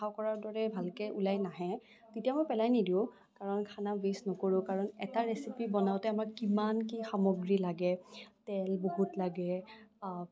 আশা কৰাৰ দৰে ভালকে ওলাই নাহে তেতিয়া মই পেলাই নিদিও কাৰণ খানা ৱেষ্ট নকৰোঁ কাৰণ এটা ৰেচিপি বনাওতে মই কিমান কি সামগ্ৰী লাগে তেল বহুত লাগে